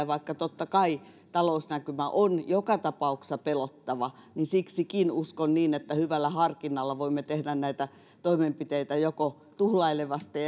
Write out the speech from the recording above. vaikka totta kai talousnäkymä on joka tapauksessa pelottava niin siksikin uskon niin että hyvällä harkinnalla voimme tehdä näitä toimenpiteitä joko tuhlailevasti